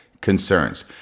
concerns